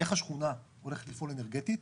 איך השכונה הולכת לפעול אנרגטית,